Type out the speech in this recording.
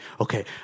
Okay